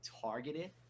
targeted